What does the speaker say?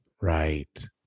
Right